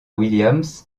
williams